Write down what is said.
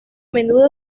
menudo